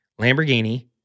Lamborghini